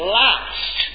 last